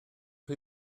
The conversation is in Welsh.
chi